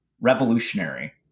revolutionary